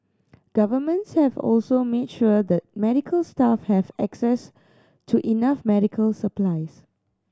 governments have also made sure that medical staff have access to enough medical supplies